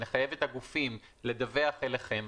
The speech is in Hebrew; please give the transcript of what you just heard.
נחייב את הגופים לדווח אליכם,